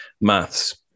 maths